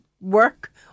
work